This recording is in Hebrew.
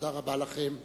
תודה רבה לכם.